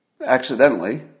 accidentally